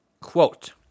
quote